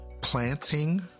planting